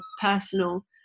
personal